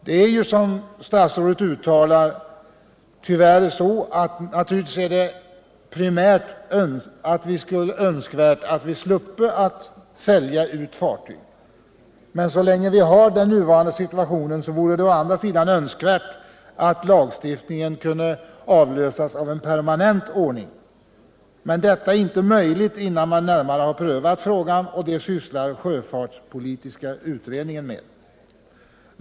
Det är naturligtvis riktigt som statsrådet uttalar, att det primärt är önskvärt att vi sluppe sälja ut fartyg. Men så länge vi har den nuvarande situationen vore det å andra sidan önskvärt att lagstiftningen kunde avlösas av en permanent ordning. Men detta är inte möjligt innan man närmare prövat frågan, och det sysslar sjöfartspolitiska utredningen med.